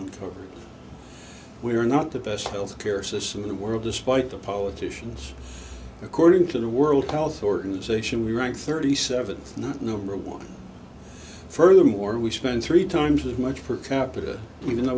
we are not the best health care system in the world despite the politicians according to the world health organization we rank thirty seventh not number one furthermore we spend three times as much for capita even though